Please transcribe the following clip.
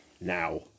Now